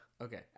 Okay